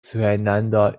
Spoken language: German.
zueinander